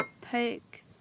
poke